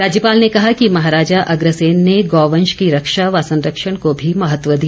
राज्यपाल ने कहा कि महाराजा अग्रसेन ने गौवंश की रक्षा व संरक्षण को भी महत्व दिया